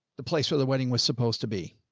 the place where the wedding was supposed to be.